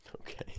Okay